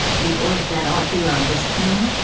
the orb that ought be on his tomb?